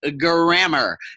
grammar